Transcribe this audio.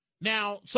Now